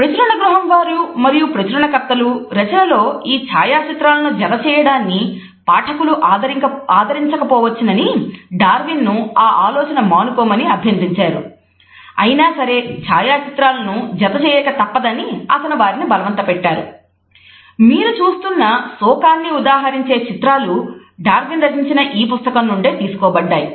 ప్రచురణ గృహం వారు మరియు ప్రచురణకర్తలు రచన లో ఛాయాచిత్రాలను జత చేయడాన్ని పాఠకులు ఆదరించక పోవచ్చని డార్విన్ రచించిన ఈ పుస్తకం నుండే తీసుకోబడ్డాయి